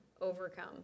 overcome